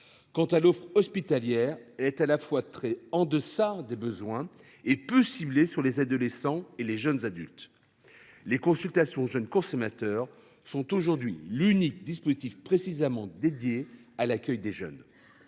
Quant à l’offre hospitalière, elle est à la fois très en deçà des besoins et peu ciblée sur les adolescents et les jeunes adultes. Les consultations jeunes consommateurs représentent aujourd’hui l’unique dispositif spécifiquement consacré à l’accueil des jeunes.